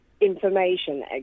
information